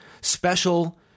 special